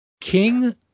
king